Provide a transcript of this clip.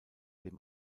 dem